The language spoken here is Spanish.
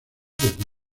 desde